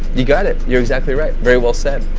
you got it. you're exactly right. very well said,